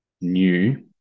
new